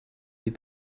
die